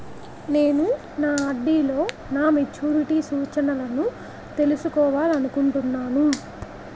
నేను నా ఆర్.డి లో నా మెచ్యూరిటీ సూచనలను తెలుసుకోవాలనుకుంటున్నాను